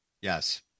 Yes